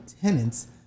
tenants